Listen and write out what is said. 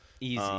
easy